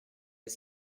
est